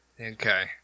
Okay